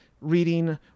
reading